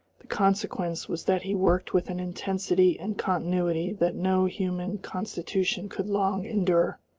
the consequence was that he worked with an intensity and continuity that no human constitution could long endure.